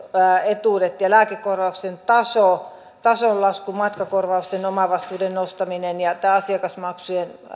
etuudet ja lääkekorvausten tason lasku matkakorvausten omavastuiden nostaminen ja tämä asiakasmaksujen